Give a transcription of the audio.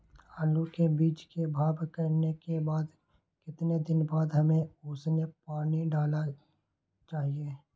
आलू के बीज के भाव करने के बाद कितने दिन बाद हमें उसने पानी डाला चाहिए?